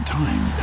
time